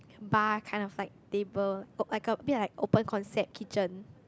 bar kind of like table like a bit like open concept kitchen